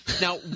now